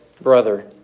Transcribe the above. brother